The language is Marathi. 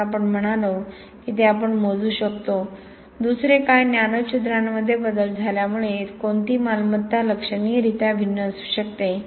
म्हणून आपण म्हणालो की ते आपण मोजू शकतो दुसरे काय नॅनो छिद्रांमध्ये बदल झाल्यामुळे कोणती मालमत्ता लक्षणीयरीत्या भिन्न असू शकते